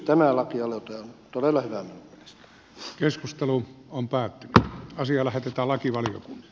tämä lakialoite on todella hyvä minun mielestäni